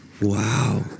Wow